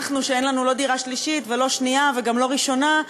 אנחנו שאין לנו לא דירה שלישית ולא שנייה וגם לא ראשונה,